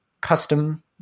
custom